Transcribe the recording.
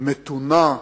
מתונה,